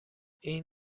این